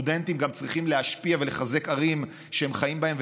סטודנטים גם צריכים גם להשפיע ולחזק ערים שהם חיים בהן,